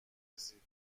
رسید